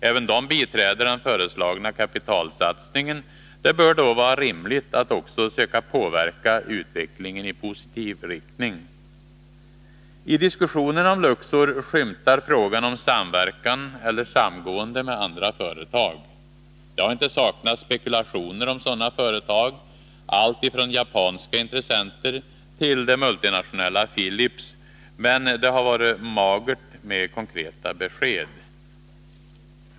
Även de biträder den föreslagna kapitalsatsningen. Det bör då vara rimligt att också söka påverka utvecklingen i positiv riktning. I diskussionen om Luxor skymtar frågan om samverkan eller samgående med andra företag. Det har inte saknats spekulationer om sådana företag, allt från japanska intressenter till det multinationella Philips, men det har varit magert med konkreta besked.